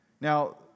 Now